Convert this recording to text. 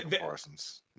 Parsons